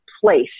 place